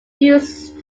used